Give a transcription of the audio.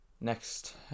Next